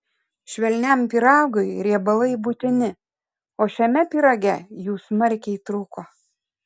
švelniam pyragui riebalai būtini o šiame pyrage jų smarkiai trūko